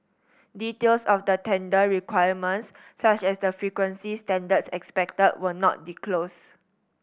details of the tender requirements such as the frequency standards expected were not disclosed